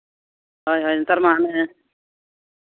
ᱦᱳᱭ ᱦᱳᱭ ᱱᱮᱛᱟᱨ ᱢᱟ ᱦᱟᱱᱮ